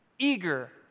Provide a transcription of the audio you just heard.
eager